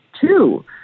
two